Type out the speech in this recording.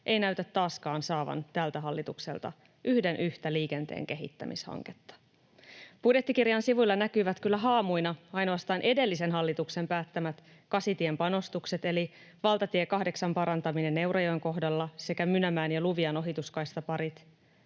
ei näytä taaskaan saavan tältä hallitukselta yhden yhtä liikenteen kehittämishanketta. Budjettikirjan sivuilla näkyvät kyllä haamuina ainoastaan edellisen hallituksen päättämät Kasitien panostukset eli valtatien 8 parantaminen Eurajoen kohdalla sekä Mynämäen ja Luvian ohituskaistaparit.